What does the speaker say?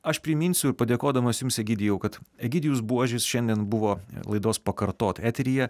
aš priminsiu padėkodamas jums egidijau kad egidijus buožis šiandien buvo laidos pakartot eteryje